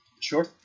Sure